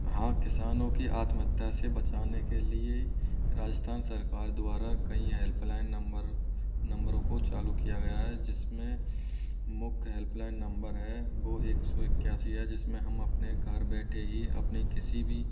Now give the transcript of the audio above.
हाँ किसानों की आत्महत्या से बचाने के लिए राजस्थान सरकार द्वारा कई हेल्पलाइन नंबर नम्बरों को चालू किया गया है जिसमें मुख्य हेल्पलाइन नंबर है वो एक सौ इक्यासी है जिसमें हम अपने घर बैठे ही अपने किसी भी